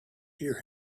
hear